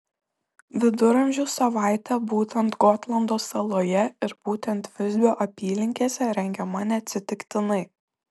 viduramžių savaitė būtent gotlando saloje ir būtent visbio apylinkėse rengiama neatsitiktinai